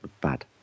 bad